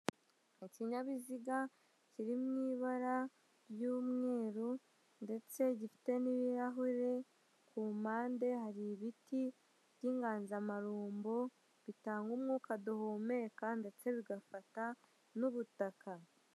Ikinyabiziga kiri mu ibara ry'umweru ndetse gifite n'ibirahuri, ku mpande hari ibiti by'inganzamarumbo bitanga umwuka duhumeka ndetse bigafata n'ubutaka.